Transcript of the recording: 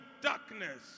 darkness